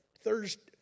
Thursday